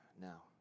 now